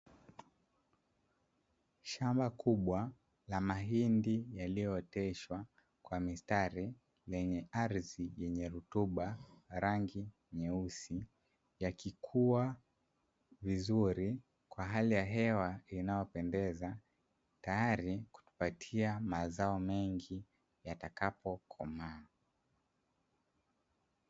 Shamba kubwa la mahindi yaliyooteshwa kwa mistari kwenye ardhi yenye rutuba, rangi nyeusi, yakikua vizuri kwa hali ya hewa inayopendeza tayari kujipatia mazao mengi yatakapokomaa.